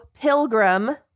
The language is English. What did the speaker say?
Pilgrim